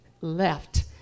left